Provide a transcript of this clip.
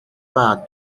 pas